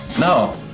No